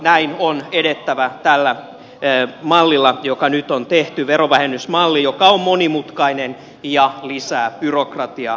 näin on edettävä tällä mallilla joka nyt on tehty verovähennysmalli joka on monimutkainen ja lisää byrokratiaa